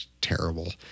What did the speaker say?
terrible